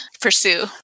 pursue